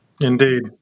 Indeed